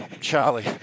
Charlie